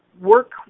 work